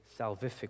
salvific